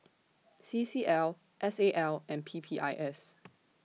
C C L S A L and P P I S